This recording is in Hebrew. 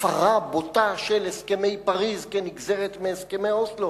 הפרה בוטה של הסכמי פריס כנגזרת מהסכמי אוסלו,